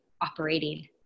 operating